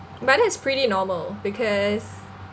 but that's pretty normal because